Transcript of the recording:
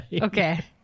Okay